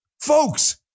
Folks